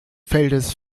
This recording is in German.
feldes